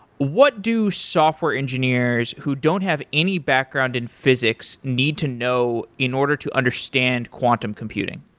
what do software engineers who don't have any background in physics need to know in order to understand quantum computing?